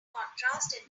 contrast